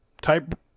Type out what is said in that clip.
Type